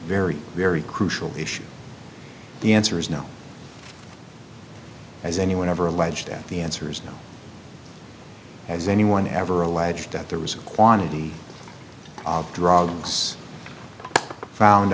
very very crucial issue the answer is no has anyone ever alleged that the answer is no has anyone ever alleged that there was a quantity of drugs found